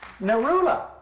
Narula